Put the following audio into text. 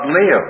live